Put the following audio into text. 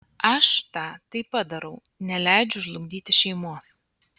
aš tą taip pat darau neleidžiu žlugdyti šeimos